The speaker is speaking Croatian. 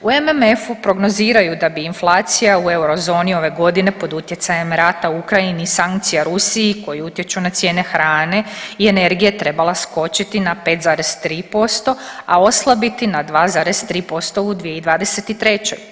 U MMF-u prognoziraju da bi inflacija u eurozoni ove godine pod utjecajem rata u Ukrajini i sankcija Rusiji koji utječu na cijene hrane i energije trebala skočiti na 5,3%, a oslabiti na 2,3% u 2023.